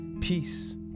peace